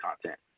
content